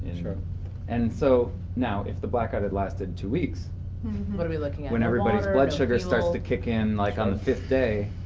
and so now, if the blackout had lasted two weeks but like when everybody's blood sugar starts to kick in, like on the fifth day.